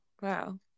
wow